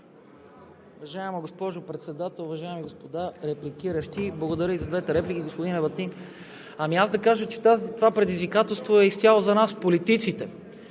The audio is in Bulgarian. Уважаема госпожо Председател, уважаеми господа репликиращи! Благодаря и за двете реплики. Господин Ебатин, да кажа, че това предизвикателство е изцяло за политиците